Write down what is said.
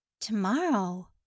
Tomorrow